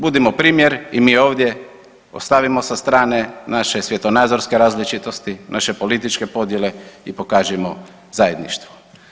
Budimo primjer i mi ovdje, ostavimo sa strane naše svjetonazorske različitosti, naše političke podjele i pokažimo zajedništvo.